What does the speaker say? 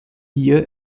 year